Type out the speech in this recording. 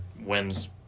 wins